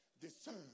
discern